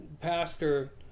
pastor